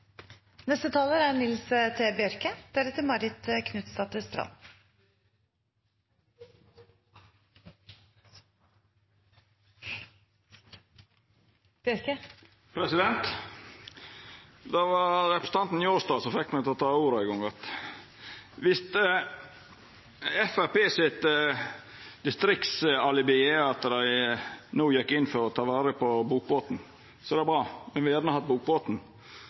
var representanten Njåstad som fekk meg til å ta ordet ein gong til. Viss Framstegspartiets distriktsalibi er at dei no gjekk inn for å ta vare på bokbåten, er det bra – me vil gjerne ha att bokbåten.